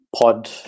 pod